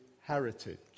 heritage